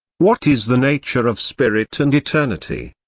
what is the nature of spirit and eternity,